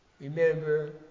remember